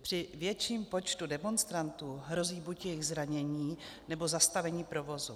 Při větším počtu demonstrantů hrozí buď jejich zranění, nebo zastavení provozu.